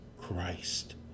Christ